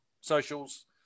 socials